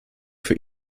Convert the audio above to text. für